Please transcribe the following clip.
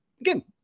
again